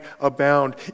abound